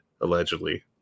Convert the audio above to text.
allegedly